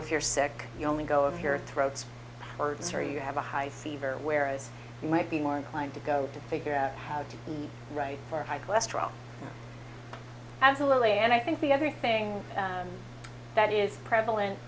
if you're sick you only go if your throat hurts or you have a high c very whereas you might be more inclined to go to figure out how to be right for high cholesterol absolutely and i think the other thing that is prevalent